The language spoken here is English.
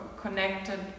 connected